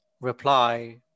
reply